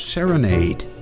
Serenade